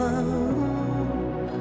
up